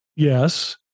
Yes